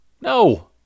No